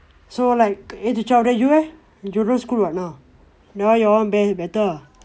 so like eight to twelve then you leh you no school ah now y'all bang better ah